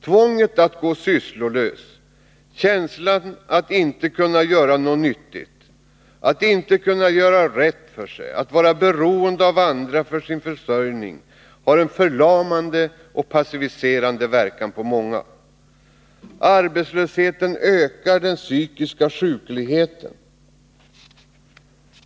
Tvånget att gå sysslolös, känslan av att inte kunna göra något nyttigt, att inte kunna göra rätt för sig, att vara beroende av andra för sin försörjning, har en förlamande och passiviserande verkan på många. Arbetslösheten ökar den psykiska sjukligheten.